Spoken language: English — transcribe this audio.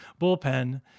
bullpen